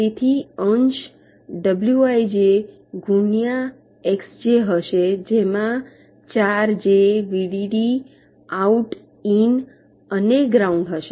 તેથી અંશ ડબ્લ્યુઆઇજે ગુણ્યા એક્સજે હશે જેમાં ચાર જે વીડીડી આઉટ ઈન અને ગ્રાઉન્ડ હશે